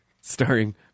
Starring